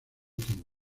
tiempo